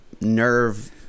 nerve